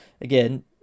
again